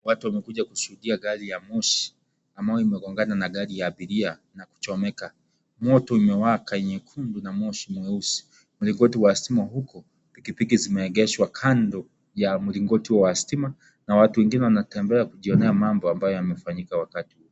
Watu wamekuja kushuhudia gari ya moshi ambayo imegongana na gari ya abiria na kuchomeka, moto umewaka mwekundu na moshi mweusi mlingoti wa stima huku pikipiki zimeegeshwa kando ya mlingoti wa stima na watu wengine wanatembea kujionea mambo ambayo yametendeka wakati huo .